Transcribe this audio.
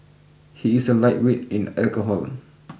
he is a lightweight in alcohol